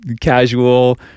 casual